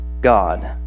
God